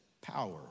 power